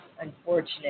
unfortunate